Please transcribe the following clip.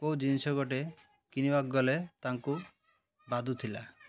କେଉଁ ଜିନିଷ ଗୋଟେ କିଣିବାକୁ ଗଲେ ତାଙ୍କୁ ବାଧୁ ଥିଲା